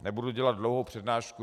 Nebudu dělat dlouhou přednášku.